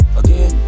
again